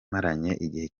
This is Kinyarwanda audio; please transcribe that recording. igihe